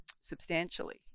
substantially